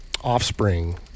offspring